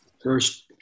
first